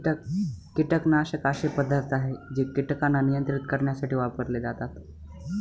कीटकनाशक असे पदार्थ आहे जे कीटकांना नियंत्रित करण्यासाठी वापरले जातात